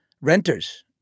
renters